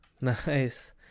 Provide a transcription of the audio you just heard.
Nice